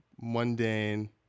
mundane